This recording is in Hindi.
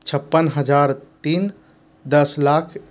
छप्पन हज़ार तीन दस लाख